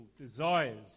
desires